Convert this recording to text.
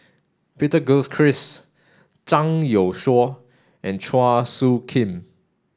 Peter Gilchrist Zhang Youshuo and Chua Soo Khim